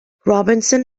robinson